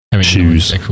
shoes